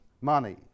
money